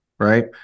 right